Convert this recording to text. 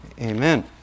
Amen